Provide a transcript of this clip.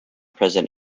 present